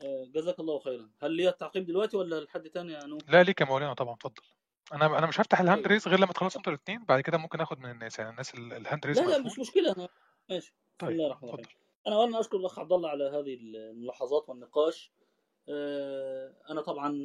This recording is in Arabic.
أه، جزاك الله خيراً. هل ليا التعقيب دلوقتي ولا لحد تاني يا نوف؟ لا، ليك يا مولانا، طبعاً، اتفضل. أنا- أنا مش هفتح الـhand طيب. raise غير لما تخلص انتوا الاتنين، بعد كده ممكن آخد من الناس، يعني الناس ال- الـhand raise لا، لا، مقفول. مش مشكلة، أنا- ماشي. طيب، الله يرحمه. اتفضل. أنا أولاً أشكر الأخ عبد الله على هذه الملاحظات والنقاش. أه، أنا طبعاً